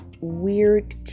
weird